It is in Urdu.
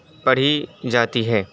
پڑھی جاتی ہے